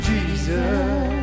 Jesus